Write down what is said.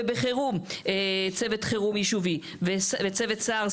ובחירום צוות חירום ישובי וצוות סע"ר,